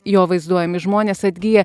jo vaizduojami žmonės atgyja